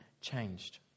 changed